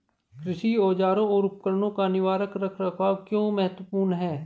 कृषि औजारों और उपकरणों का निवारक रख रखाव क्यों महत्वपूर्ण है?